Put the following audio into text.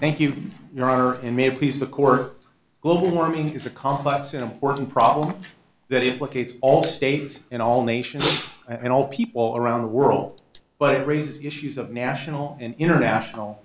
thank you your honor in may please the court global warming is a complex important problem that is what it's all states and all nations and all people around the world but it raises issues of national and international